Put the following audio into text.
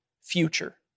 future